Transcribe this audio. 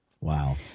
Wow